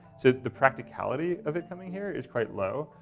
so the practicality of it coming here is quite low.